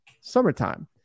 summertime